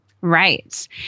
Right